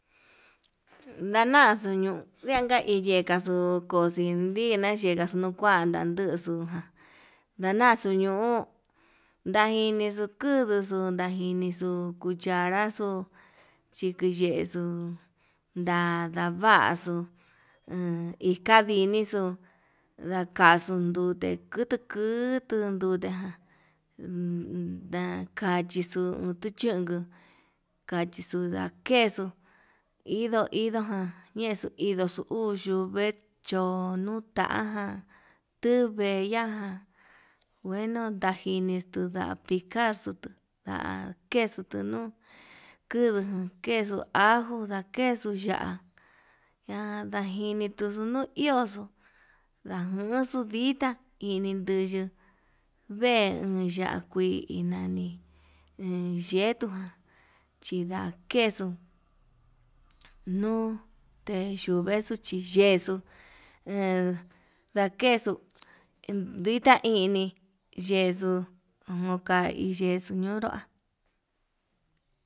Nanaxuu ñuu unka inyekaxu koxinina yenka xuu kua, jandanduxu ján ndañaxuu ñoo ndajinixo kuduxu ndajinixu cucharaxu, chikiyexu ndadavaxu ikaninixu ndakaxu nrute kutu kuu tundute ján uu udakachixu uchu chunku, kachixo ndakexu indo indojan ñexo indoxo uu yuu vee chono ta'ajan tuu vella ján ngueno ndajini nda'a picarxu, nda'á quesu tunuu kuduu kexo ajo kexu ya'á ya'á ndajinixu nuu ihoxo lanjunxu ditá ininduyu vee ya'á kuii nani en yetuján, chindakexu nuu tee yuvexu chiyexu he ndakexu ditá ini yexuu unka hi yexuu nunrua.